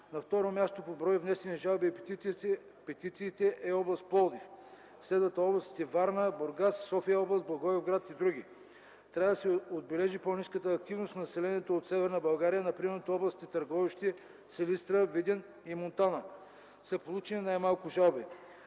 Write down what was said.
На второ място по брой внесени жалби и петиции е област Пловдив, следват областите Варна, Бургас, София-област, Благоевград и др. Трябва да се отбележи по-ниската активност на населението от Северна България. Например от областите Търговище, Силистра, Видин и Монтана са получени най-малко жалби.